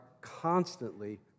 constantly